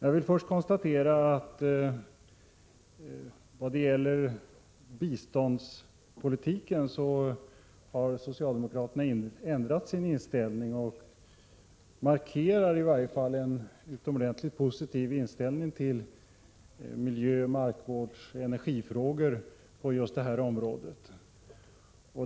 Jag vill först konstatera att socialdemokraterna har ändrat sin inställning när det gäller biståndspolitiken och nu i varje fall markerar en utomordentligt positiv inställning till miljö-, markvårdsoch energifrågor på just det området.